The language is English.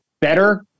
better